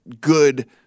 good